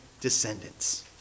descendants